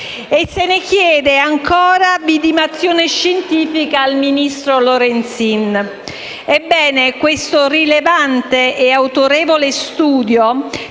E se ne chiede ancora vidimazione scientifica al ministro Lorenzin. Ebbene, questo rilevante e autorevole studio